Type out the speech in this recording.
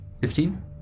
Fifteen